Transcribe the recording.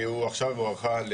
והיא עכשיו הוארכה.